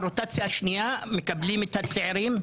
אנחנו מקבלים בחצי השני של הקדנציה,